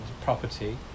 property